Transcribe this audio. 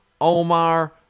Omar